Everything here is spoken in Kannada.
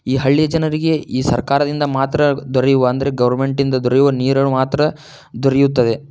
ಈ ಹಳ್ಳಿ ಜನರಿಗೆ ಈ ಸರ್ಕಾರದಿಂದ ಮಾತ್ರ ದೊರೆಯುವ ಅಂದರೆ ಗೌರ್ಮೆಂಟಿಂದ ದೊರೆಯುವ ನೀರನ್ನು ಮಾತ್ರ ದೊರೆಯುತ್ತದೆ